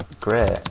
great